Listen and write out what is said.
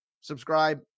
subscribe